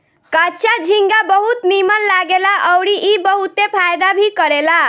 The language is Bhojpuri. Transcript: कच्चा झींगा बहुत नीमन लागेला अउरी ई बहुते फायदा भी करेला